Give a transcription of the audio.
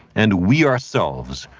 and we ourselves,